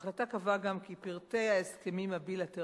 ההחלטה קבעה גם כי פרטי ההסכמים הבילטרליים